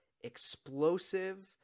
explosive